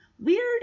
Weird